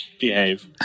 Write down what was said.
Behave